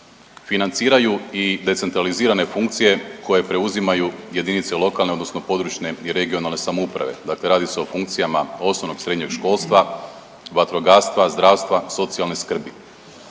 financiraju i decentralizirane funkcije koje preuzimaju jedinice lokalne odnosno područne i regionalne samouprave. Dakle, radi se o funkcijama osnovnog i srednjeg školstva, vatrogastva, zdravstva, socijalne skrbi.